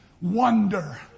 wonder